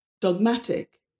dogmatic